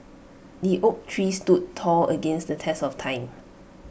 the oak tree stood tall against the test of time